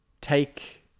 take